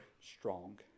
strong